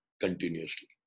continuously